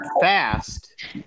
fast